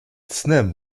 snem